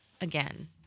again